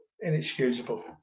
inexcusable